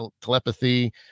telepathy